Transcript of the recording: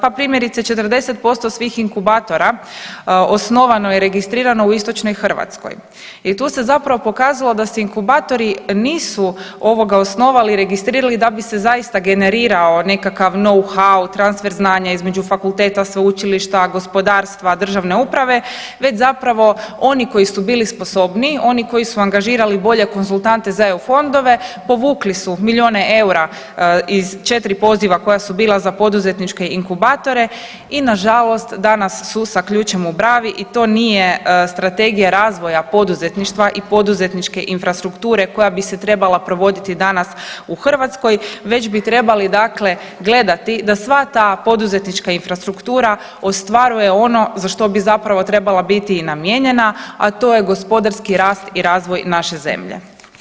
Pa primjerice 40% svih inkubatora osnovano je i registrirano u Istočnoj Hrvatskoj i tu se zapravo pokazalo da se inkubatori nisu osnovali i registrirali da bi se zaista generirao nekakav know-how transfer znanje između fakulteta, sveučilišta, gospodarstva, državne uprave već zapravo oni koji su bili sposobniji, oni koji su angažirali bolje konzultante za eu fondove povukli su milijune eura iz četiri poziva koja su bila za poduzetničke inkubatore i nažalost danas su sa ključem u bravi i to nije Strategija razvoja poduzetništva i poduzetničke infrastrukture koja bi se trebala provoditi danas u Hrvatskoj, već bi trebali gledati da sva ta poduzetnička infrastruktura ostvaruje ono za što bi zapravo trebala biti i namijenjena, a to je gospodarski rast i razvoj naše zemlje.